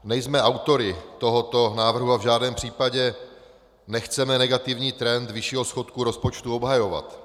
Nejsme autory tohoto návrhu a v žádném případě nechceme negativní trend vyššího schodku rozpočtu obhajovat.